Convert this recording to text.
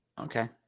Okay